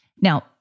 Now